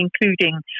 including